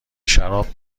شراب